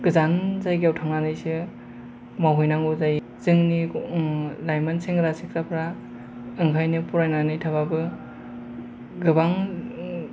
गोजान जायगायाव थांनानैसो मावहैनांगौ जायो जोंनि लाइमोन सेंग्रा सिख्लाफोरा ओमफ्रायनो फरायनायनि थाखायबो गोबां